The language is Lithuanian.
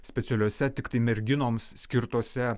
specialiose tiktai merginoms skirtose